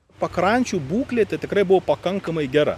pakrančių būklė tai tikrai buvo pakankamai gera